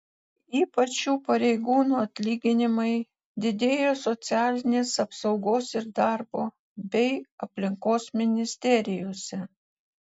ypač šių pareigūnų atlyginimai didėjo socialinės apsaugos ir darbo bei aplinkos ministerijose